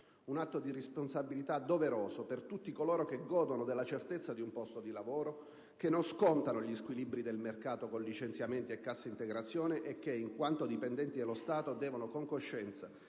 un atto di responsabilità doveroso per tutti coloro che godono della certezza di un posto di lavoro, che non scontano gli squilibri del mercato con licenziamenti e cassa integrazione e che, in quanto dipendenti dello Stato, devono con coscienza